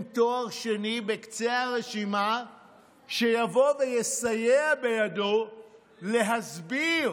תואר שני בקצה הרשימה שיבוא ויסייע בידו להסביר